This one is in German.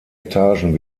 etagen